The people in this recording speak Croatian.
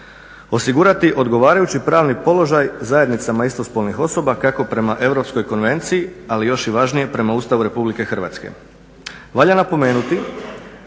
osigurati odgovarajući pravni položaj zajednicama istospolnih osoba kako prema Europskoj konvenciji, ali još i važnije prema Ustavu Republike Hrvatske. Valja napomenuti